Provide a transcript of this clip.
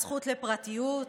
הזכות לפרטיות,